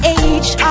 age